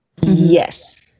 Yes